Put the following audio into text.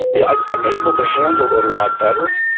yeah i'm i'm able to handle it a lot better